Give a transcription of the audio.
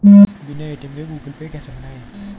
बिना ए.टी.एम के Google Pay कैसे बनायें?